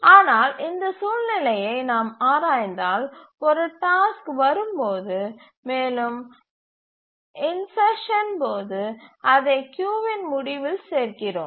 ஆனால் இந்த சூழ்நிலையை நாம் ஆராய்ந்தால் ஒரு டாஸ்க் வரும் போது மேலும் இன்சர்சன் போது அதை கியூவின் முடிவில் சேர்க்கிறோம்